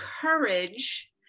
courage